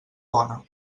bona